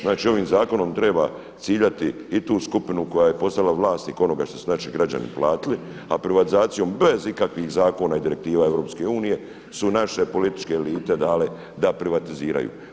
Znači, ovim zakonom treba ciljati i tu skupinu koja je postala vlasnik onoga što su naši građani platili, a privatizacijom bez ikakvih zakona i direktiva Europske unije su naše političke elite dale da privatiziraju.